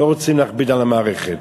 לא רוצים להכביד על המערכת.